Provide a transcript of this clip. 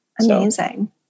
Amazing